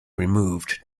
removed